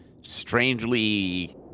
strangely